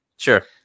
Sure